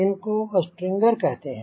इनको स्ट्रिंगर कहते हैं